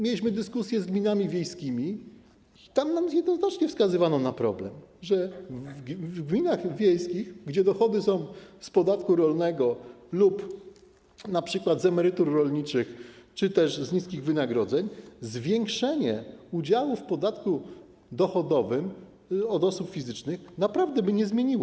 Mieliśmy dyskusję z gminami wiejskimi i tam nam jednoznacznie wskazywano na problem, że w gminach wiejskich, gdzie dochody są z podatku rolnego, z emerytur rolniczych czy też z niskich wynagrodzeń, zwiększenie udziału w podatku dochodowym od osób fizycznych naprawdę nic by nie zmieniło.